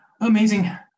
Amazing